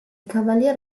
cavalier